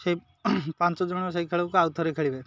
ସେଇ ପାଞ୍ଚ ଜଣ ସେଇ ଖେଳକୁ ଆଉ ଥରେ ଖେଳିବେ